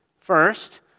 First